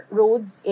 roads